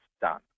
done